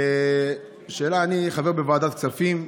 אני חבר בוועדת הכספים,